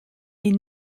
est